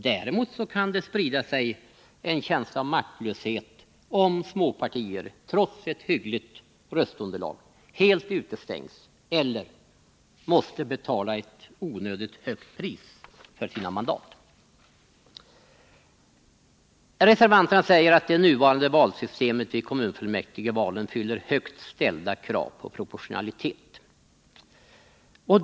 Däremot kan det sprida sig en känsla av maktlöshet om småpartier, trots ett hyggligt röstunderlag, helt utestängs eller måste betala ett onödigt högt pris för sina mandat. Reservanterna säger att det nuvarande valsystemet vid kommunfullmäktigevalen fyller högt ställda krav på proportionalitet.